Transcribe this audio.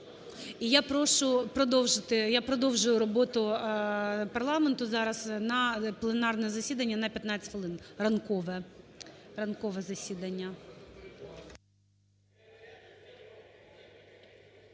я продовжую роботу парламенту зараз на… пленарне засідання на 15 хвилин ранкове, ранкове засідання.